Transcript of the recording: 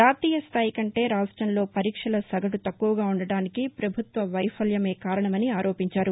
జాతీయ స్లాయి కంటే రాష్టంలో పరీక్షల సగటు తక్కువగా ఉండటానికి పభుత్వ వైఫల్యమే కారణమని ఆరోపించారు